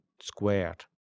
squared